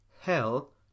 Hell